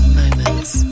moments